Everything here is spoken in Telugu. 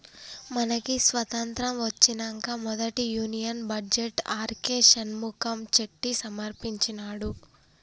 మనకి స్వతంత్రం ఒచ్చినంక మొదటి union budget RK Shanmukham Chetty సమర్పించినాడు